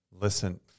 listen